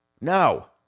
No